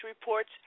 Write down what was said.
reports